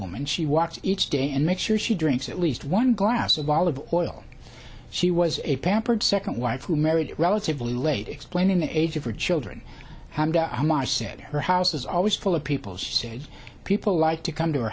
woman she watched each day and make sure she drinks at least one glass of olive oil she was a pampered second wife who married relatively late explaining the age of her children how much said her house was always full of people said people like to come to her